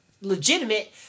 legitimate